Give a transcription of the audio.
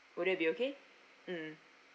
would that be okay mm